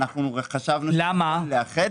למה?